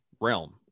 realm